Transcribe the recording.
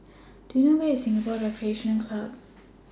Do YOU know Where IS Singapore Recreation Club